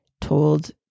told